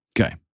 Okay